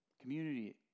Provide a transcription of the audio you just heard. Community